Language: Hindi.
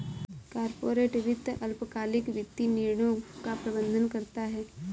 कॉर्पोरेट वित्त अल्पकालिक वित्तीय निर्णयों का प्रबंधन करता है